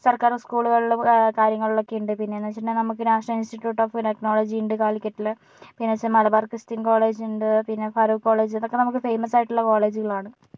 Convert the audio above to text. സർക്കാർ സ്കൂളുകളിൽ കാര്യങ്ങളിലൊക്കെ ഉണ്ട് പിന്നെന്ന് വെച്ചിട്ടുണ്ടെങ്കിൽ നമുക്ക് നാഷണൽ ഇൻസ്റ്റിറ്റ്യൂട്ട് ഓഫ് ടെക്നോളജി ഉണ്ട് കാലിക്കറ്റിലെ പിന്നെ മലബാർ മലബാർ ക്രിസ്ത്യൻ കോളേജ് ഉണ്ട് പിന്നെ ഫറൂഖ് കോളേജ് ഇതൊക്കെ നമുക്ക് ഫേമസ് ആയിട്ടുള്ള കോളേജുകളാണ്